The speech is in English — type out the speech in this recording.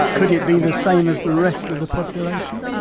could it be the same as the rest of the population?